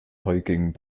hiking